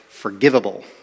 Forgivable